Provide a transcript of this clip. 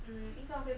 mm 应该 okay